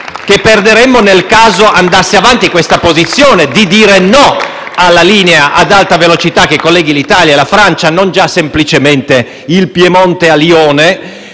che perderemmo nel caso si mantenesse la posizione di contrarietà alla linea ad alta velocità che colleghi l'Italia alla Francia e non già semplicemente il Piemonte a Lione,